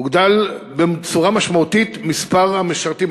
הוגדל בצורה משמעותית מספר המשרתים.